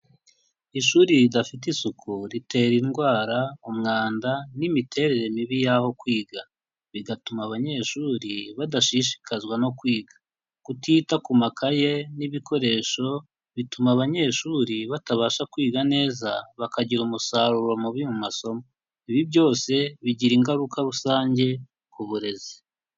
Ishuri ridafite isuku ritera indwara, umwanda n'imiterere mibi yaho kwiga, bigatuma abanyeshuri badashishikazwa no kwiga, kutita ku makaye n'ibikoresho bituma abanyeshuri batabasha kwiga neza bakagira umusaruro mubi mu masomo, ibi byose bigira ingaruka rusange ku burezi.